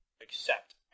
accept